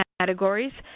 categories.